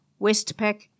Westpac